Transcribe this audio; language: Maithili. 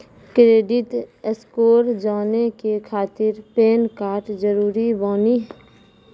क्रेडिट स्कोर जाने के खातिर पैन कार्ड जरूरी बानी?